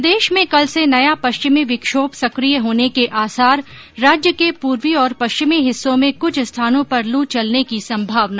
प्रदेश में कल से नया पश्चिमी विक्षोभ सक्रिय होने के आसार राज्य के पूर्वी और पश्चिमी हिस्सों में कुछ स्थानों पर लू चलने की संभावना